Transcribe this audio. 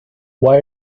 why